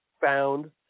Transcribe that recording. found